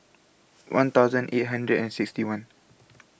one thousand eight hundred and sixty one